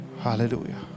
Hallelujah